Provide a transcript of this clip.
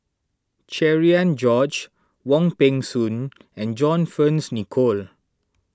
Cherian George Wong Peng Soon and John Fearns Nicoll